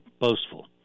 boastful